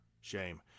shame